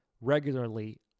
regularly